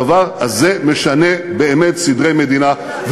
הדבר הזה משנה באמת סדרי מדינה.